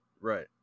Right